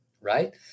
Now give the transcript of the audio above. right